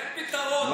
תן פתרון.